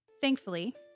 Thankfully